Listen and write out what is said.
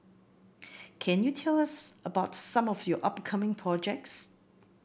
can you tell us about some of your upcoming projects